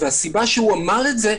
והסיבה שהוא אמר את זה,